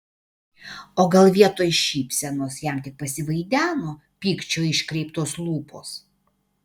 o gal vietoj šypsenos jam tik pasivaideno pykčio iškreiptos lūpos